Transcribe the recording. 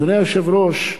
אדוני היושב-ראש,